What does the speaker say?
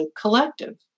collective